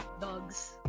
dogs